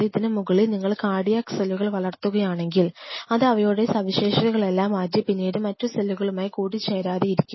ഇതിനു മുകളിൽ നിങ്ങൾ കാർഡിയാക് സെല്ലുകൾ വളർത്തുകയാണെങ്കിൽ അത് അവയുടെ സവിശേഷതകളെല്ലാം മാറ്റി പിന്നീട് മറ്റു സെല്ലുകളുമായി കൂടിച്ചേരാതെ ഇരിക്കും